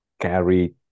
carry